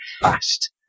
fast